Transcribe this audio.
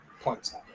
points